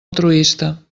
altruista